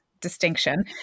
distinction